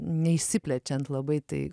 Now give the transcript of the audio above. neišsiplečiant labai tai